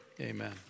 amen